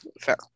Fair